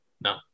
No